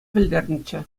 пӗлтернӗччӗ